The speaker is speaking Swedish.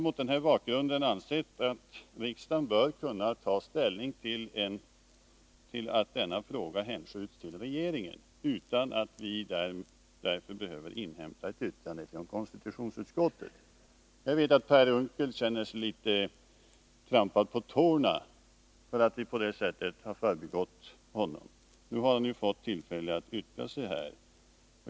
Mot den här bakgrunden har vi ansett att riksdagen bör kunna ta ställning till förslaget att hänskjuta denna fråga till regeringen utan att vi därför behöver inhämta ett yttrande från konstitutionsutskottet. Jag vet att Per Unckel känner sig litet trampad på tårna för att vi på det sättet har förbigått honom. Nu har han ju fått tillfälle att yttra sig här.